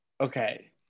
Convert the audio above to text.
Okay